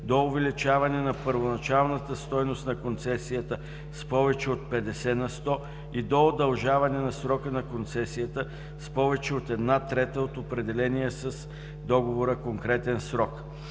до увеличаване на първоначалната стойност на концесията с повече от 50 на сто и до удължаване на срока на концесията с повече от една трета от определения с договора конкретен срок.